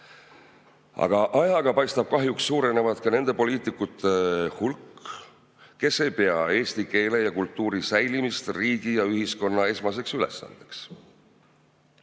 jooksul, paistab, kahjuks suureneb ka nende poliitikute hulk, kes ei pea eesti keele ja kultuuri säilitamist riigi ja ühiskonna esmaseks ülesandeks.